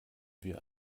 wir